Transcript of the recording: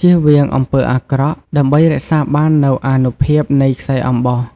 ជៀសវាងអំពើអាក្រក់ ដើម្បីរក្សាបាននូវអានុភាពនៃខ្សែអំបោះ។